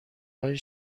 های